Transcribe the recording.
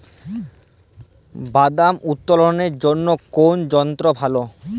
বাদাম উত্তোলনের জন্য কোন যন্ত্র ভালো?